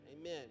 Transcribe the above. Amen